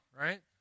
right